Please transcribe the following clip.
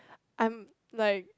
I'm like